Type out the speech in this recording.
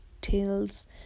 tales